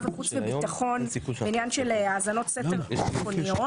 וועדת החוץ והביטחון בעניין של האזנות סתר ביטחוניות.